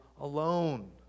alone